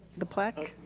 the plaque?